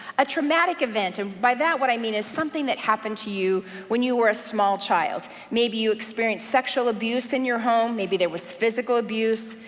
a traumatic event, and by that what i mean is something that happened to you when you were a small child. maybe you experienced sexual abuse in your home, maybe there was physical abuse,